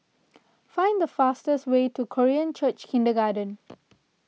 find the fastest way to Korean Church Kindergarten